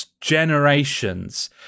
generations